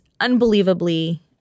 unbelievably